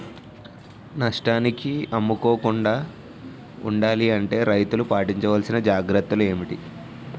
నష్టానికి అమ్ముకోకుండా ఉండాలి అంటే రైతులు పాటించవలిసిన జాగ్రత్తలు ఏంటి